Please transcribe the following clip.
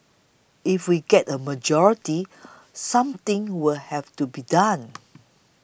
if we get the majority something will have to be done